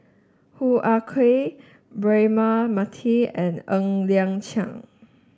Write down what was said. Hoo Ah Kay Braema Mathi and Ng Liang Chiang